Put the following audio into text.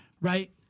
Right